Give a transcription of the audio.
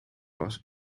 was